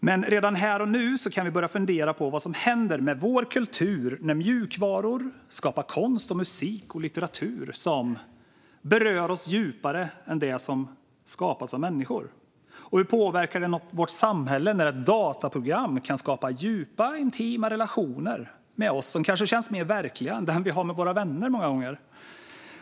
Men redan här och nu kan vi börja fundera på vad som händer med vår kultur när mjukvaror skapar konst, musik och litteratur som berör oss djupare än det som skapats av människor. Hur påverkar det vårt samhälle när ett dataprogram kan skapa djupa intima relationer med oss som kanske känns mer verkliga än dem vi många gånger har med våra vänner?